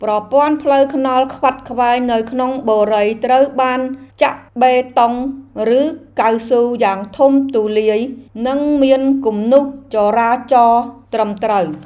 ប្រព័ន្ធផ្លូវថ្នល់ខ្វាត់ខ្វែងនៅក្នុងបុរីត្រូវបានចាក់បេតុងឬកៅស៊ូយ៉ាងធំទូលាយនិងមានគំនូសចរាចរណ៍ត្រឹមត្រូវ។